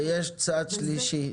ויש צד שלישי,